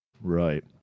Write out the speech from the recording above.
Right